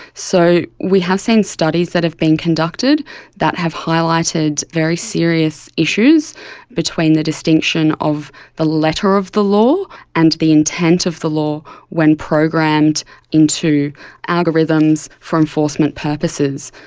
so we have seen studies that have been conducted that have highlighted very serious issues between the distinction of the letter of the law and the intent of the law when programmed into algorithms for enforcement purposes.